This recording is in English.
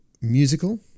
musical